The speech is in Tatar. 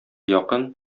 якын